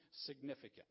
significant